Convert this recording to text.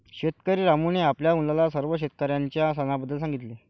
शेतकरी रामूने आपल्या मुलाला सर्व शेतकऱ्यांच्या सणाबद्दल सांगितले